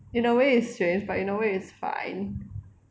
in a way it's strange but in a way it's fine